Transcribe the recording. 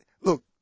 look